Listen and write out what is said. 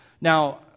Now